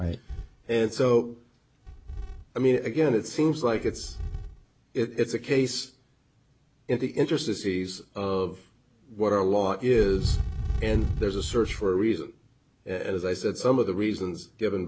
right and so i mean again it seems like it's it's a case if the interest is ease of what our law is and there's a search for reason as i said some of the reasons given